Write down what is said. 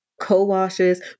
Co-washes